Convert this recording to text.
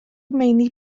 meini